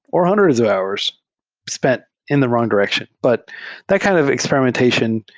or hundreds of hours spent in the wrong direction. but that kind of experimentation